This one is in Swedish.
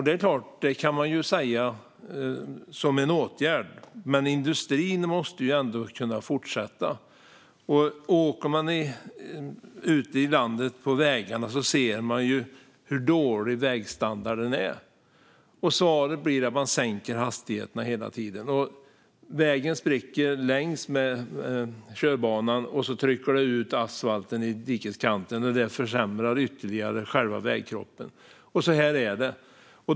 Det är klart att man kan säga det som en åtgärd. Men industrin måste ändå kunna fortsätta. Åker man ute i landet på vägarna ser man hur dålig vägstandarden är. Svaret blir att man sänker hastigheterna hela tiden. Vägen spricker längs med körbanan, och det trycker ut asfalten i dikeskanten. Det försämrar ytterligare själva vägkroppen. Så är det.